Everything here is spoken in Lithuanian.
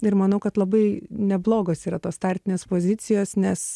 ir manau kad labai neblogos yra tos startinės pozicijos nes